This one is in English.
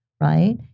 right